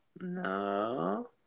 No